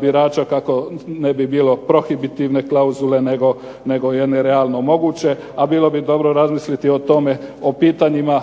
birača, kako ne bi bilo prohibitivne klauzule, nego …/Ne razumije se./… realno moguće, a bilo bi dobro razmisliti o tome o pitanjima